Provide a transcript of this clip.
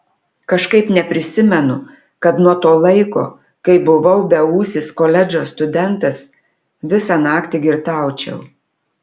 kažkaip neprisimenu kad nuo to laiko kai buvau beūsis koledžo studentas visą naktį girtaučiau